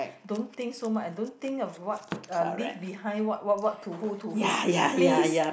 don't think so much and don't think of what uh leave behind what what what to who to who please